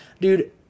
Dude